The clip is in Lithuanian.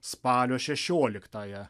spalio šešioliktąją